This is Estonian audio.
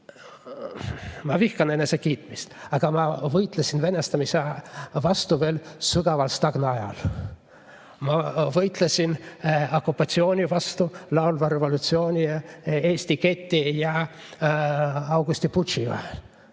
Ma vihkan enesekiitmist, aga ma võitlesin venestamise vastu veel sügaval stagnaajal. Ma võitlesin okupatsiooni vastu laulva revolutsiooni, Eesti keti ja augustiputši ajal.